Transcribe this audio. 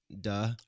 duh